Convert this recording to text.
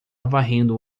varrendo